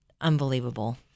unbelievable